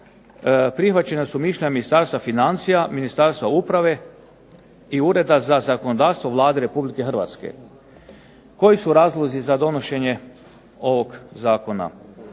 prihvaćena su mišljenja Ministarstva financija, Ministarstva uprave i Ureda za zakonodavstvo Vlade Republike Hrvatske. Koji su razlozi za donošenje ovog zakona?